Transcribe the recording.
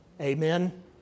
Amen